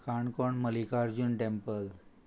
Canacona Mallikarjun temple